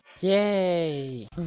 Yay